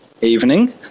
evening